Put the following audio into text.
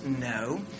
No